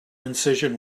incision